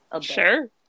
Sure